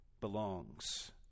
belongs